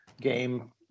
game